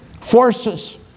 forces